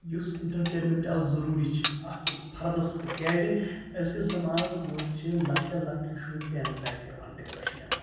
یُس اِنٹَرٹینمٮ۪نٛٹ آز ضٔروٗری چھِ اَکھ فَردَس خٲطرٕ کیٛازِ أزکِس زَمانَس منٛز چھِ لۄکٹٮ۪ن لۄکٹٮ۪ن شُرٮ۪ن تہِ اٮ۪نزایٹی یِوان ڈِپرٮ۪شَن یِوان